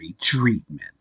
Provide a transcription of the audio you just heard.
treatment